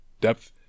depth